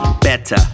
better